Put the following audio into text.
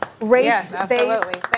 race-based